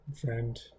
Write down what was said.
friend